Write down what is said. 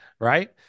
right